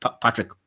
Patrick